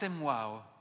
wow